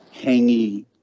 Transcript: hangy